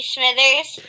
Smithers